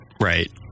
Right